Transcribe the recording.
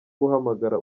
guhamagara